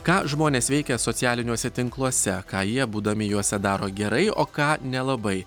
ką žmonės veikia socialiliniuose tinkluose ką jie būdami juose daro gerai o ką nelabai